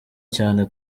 cyane